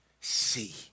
see